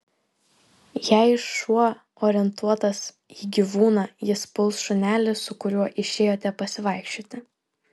jei šuo orientuotas į gyvūną jis puls šunelį su kuriuo išėjote pasivaikščioti